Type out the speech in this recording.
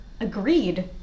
Agreed